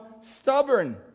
stubborn